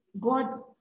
God